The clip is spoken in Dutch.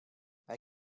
wij